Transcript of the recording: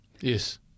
Yes